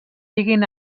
siguin